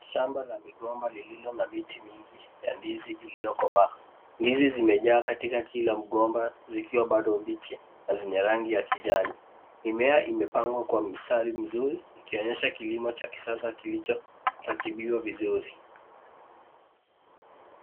Shamba la migomba lililo na miti mingi ya ndizi iliyo komaa, ndizi zimejaa katika kila mgomba zikiwa bado mbichi zenye rangi ya kijani mimea imepangwa kwa mstati mzuri ikionyesha kilimo cha kisasa kilichoratibiwa vizuri.